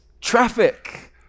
traffic